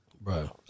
Bro